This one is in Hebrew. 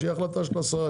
שתהיה החלטה של השרה.